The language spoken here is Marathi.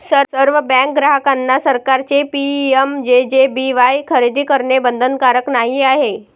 सर्व बँक ग्राहकांना सरकारचे पी.एम.जे.जे.बी.वाई खरेदी करणे बंधनकारक नाही आहे